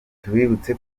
tubibutse